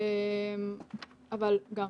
אבל גם,